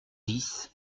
dix